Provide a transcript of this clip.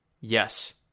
yes